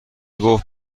گفت